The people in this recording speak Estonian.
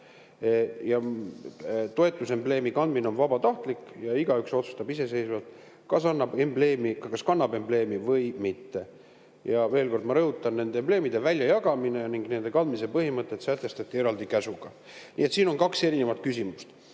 Toetusembleemi kandmine on vabatahtlik ja igaüks otsustab iseseisvalt, kas ta kannab embleemi või mitte. Ja veel kord ma rõhutan, et nende embleemide väljajagamine ning nende kandmise põhimõtted sätestati eraldi käsuga. Nii et siin on kaks erinevat küsimust.